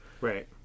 Right